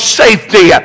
safety